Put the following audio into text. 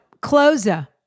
closer